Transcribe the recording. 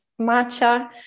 matcha